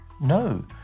No